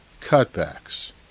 cutbacks